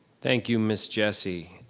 thank you, miss jessie.